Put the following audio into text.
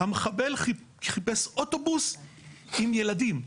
המחבל חיפש אוטובוס עם ילדים,